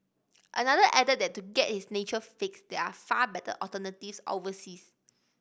another added that to get his nature fix there are far better alternatives overseas